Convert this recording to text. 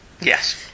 Yes